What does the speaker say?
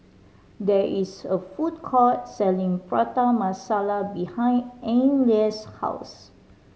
there is a food court selling Prata Masala behind Anneliese's house